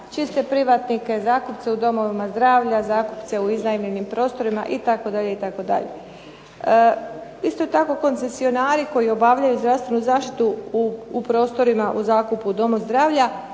čiste privatnike, zakupce u domovima zdravlja, zakupce u iznajmljenim prostorima itd., itd. Isto tako koncesionari koji obavljaju zdravstvenu zaštitu u prostorima u zakupu doma zdravlja